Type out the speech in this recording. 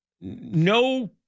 no